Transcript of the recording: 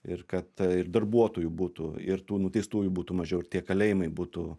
ir kad darbuotojų būtų ir tų nuteistųjų būtų mažiau ir tie kalėjimai būtų